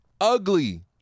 Ugly